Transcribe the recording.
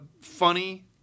funny